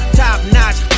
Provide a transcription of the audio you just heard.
top-notch